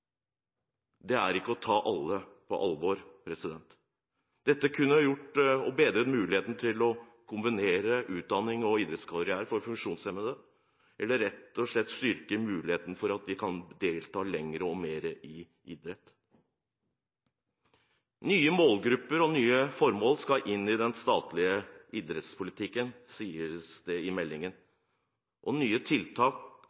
Det er ikke å ta alle på alvor. Dette kunne bedret muligheten for funksjonshemmede til å kombinere utdanning og idrettskarriere, eller rett og slett styrket muligheten for at de kan delta lenger og mer i idrett. Nye målgrupper og nye formål skal inn i den statlige idrettspolitikken, sies det i